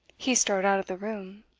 he strode out of the room.